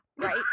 right